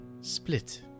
split